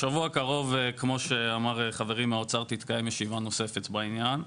בשבוע הקרוב כמו שאמר חברי מהאוצר תתקיים ישיבה נוספת בעניין.